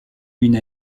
une